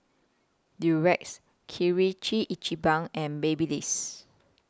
Durex Ichiban and Babyliss